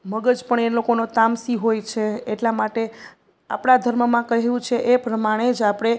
મગજ પણ એ લોકોનો તામસી હોય છે એટલા માટે આપણા ધર્મમાં કહ્યું છે એ પ્રમાણે જ આપણે